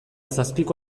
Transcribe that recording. zazpiko